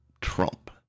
Trump